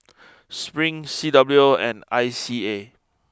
Spring C W O and I C A